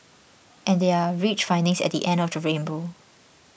and there are rich findings at the end of the rainbow